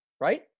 right